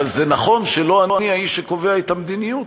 אבל נכון שלא אני האיש שקובע את המדיניות,